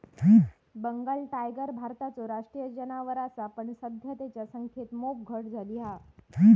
Bengal tiger भारताचो राष्ट्रीय जानवर असा पण सध्या तेंच्या संख्येत मोप घट झाली हा